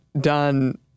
done